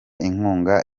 inkunga